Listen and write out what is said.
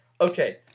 Okay